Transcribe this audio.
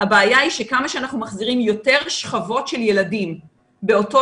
הבעיה היא שכמה שאנחנו מחזירים יותר שכבות של ילדים באותו